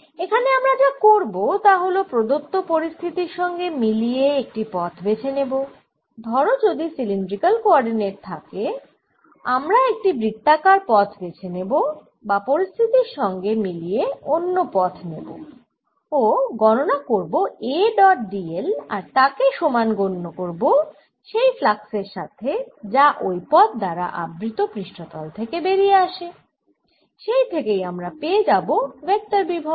এখানে আমরা যা করব তা হল প্রদত্ত পরিস্থিতির সঙ্গে মিলিয়ে একটি পথ বেছে নেব ধরো যদি সিলিন্ড্রিকাল কোঅরডিনেট থাকে আমরা একটি বৃত্তাকার পথ বেছে নেব বা পরিস্থিতির সঙ্গে মিলিয়ে অন্য পথ নেব ও গণনা করব A ডট d l আর তাকে সমান গণ্য করব সেই ফ্লাক্সের সাথে যা ওই পথ দ্বারা আবৃত পৃষ্ঠতল থেকে বেরিয়ে আসে সেই থেকেই আমরা পেয়ে যাবো ভেক্টর বিভব